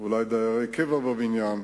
אולי דיירי קבע בבניין.